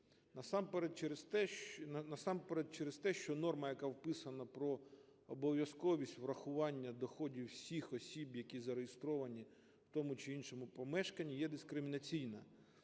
Насамперед через те, що норма, яка вписана про обов'язковість врахування доходів всіх осіб, які зареєстровані в тому чи іншому помешканні, є дискримінаційна.